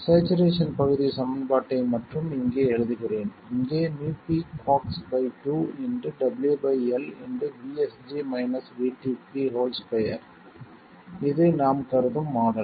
saturation பகுதி சமன்பாட்டை மட்டும் இங்கே எழுதுகிறேன் இங்கே µp cox2 W L2 இது நாம் கருதும் மாடல்